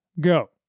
go